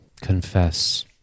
Confess